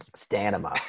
Stamina